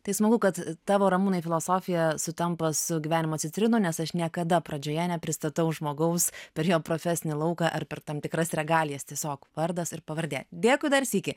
tai smagu kad tavo ramūnai filosofija sutampa su gyvenimo citrinų nes aš niekada pradžioje nepristatau žmogaus per jo profesinį lauką ar per tam tikras regalijas tiesiog vardas ir pavardė dėkui dar sykį